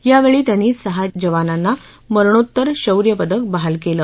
यावेळी त्यांनी सहा जवानांना मरणोत्तर शौर्य पदक बहाल केली